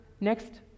next